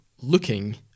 looking